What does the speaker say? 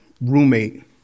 roommate